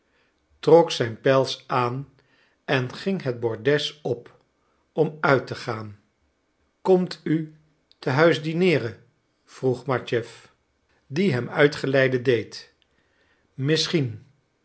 trok zijn pels aan en ging het bordes op om uit te gaan komt u te huis dineeren vroeg matjeff die hem uitgeleide deed misschien